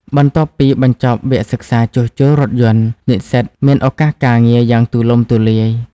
បន្ទាប់ពីបញ្ចប់វគ្គសិក្សាជួសជុលរថយន្ត និស្សិតមានឱកាសការងារយ៉ាងទូលំទូលាយ។